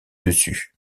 dessus